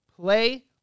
play